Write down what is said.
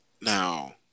Now